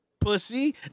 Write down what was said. Pussy